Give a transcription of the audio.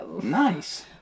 nice